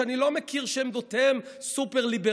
שאני לא מכיר שעמדותיהם סופר-ליברליות.